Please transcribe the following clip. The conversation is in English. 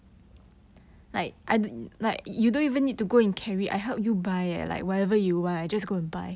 okay